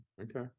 Okay